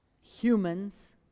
humans